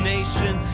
Nation